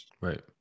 right